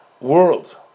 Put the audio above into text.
world